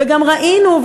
וגם ראינו,